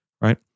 Right